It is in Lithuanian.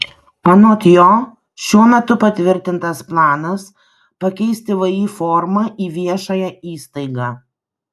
anot jo šiuo metu patvirtintas planas pakeisti vį formą į viešąją įstaigą